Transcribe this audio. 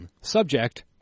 Subject